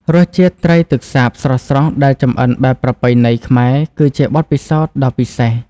រសជាតិត្រីទឹកសាបស្រស់ៗដែលចម្អិនបែបប្រពៃណីខ្មែរ គឺជាបទពិសោធន៍ដ៏ពិសេស។